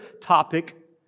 topic